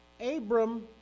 Abram